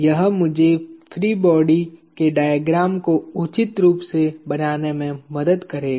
यह मुझे free body के डायग्राम को उचित रूप से बनाने में मदद करेगा